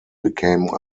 became